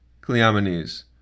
Cleomenes